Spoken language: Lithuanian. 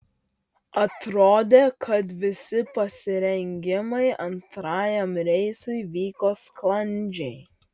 atrodė kad visi pasirengimai antrajam reisui vyko sklandžiai